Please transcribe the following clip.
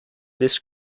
this